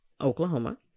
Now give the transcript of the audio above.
Oklahoma